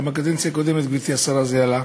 גם בקדנציה הקודמת, גברתי השרה, זה עלה.